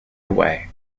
away